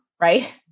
right